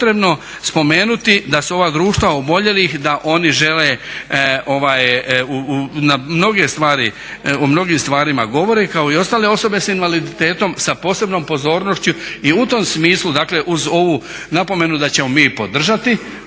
potrebno spomenuti da se ova društva oboljelih da oni žele o mnogim stvarima govore kao i ostale osobe s invaliditetom, sa posebnom pozornošću i u tom smislu dakle uz ovu napomenu da ćemo mi podržati